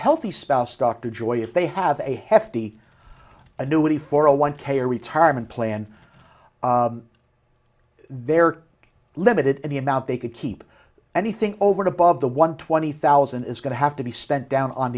healthy spouse dr joye if they have a hefty annuity for a one k or retirement plan they're limited in the amount they could keep anything over above the one twenty thousand is going to have to be spent down on